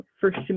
first